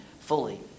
fully